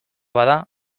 bada